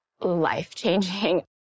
life-changing